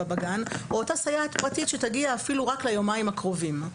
בגן או אותה סייעת שתגיע אפילו רק ליומיים הקרובים.